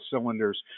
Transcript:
cylinders